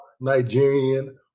Nigerian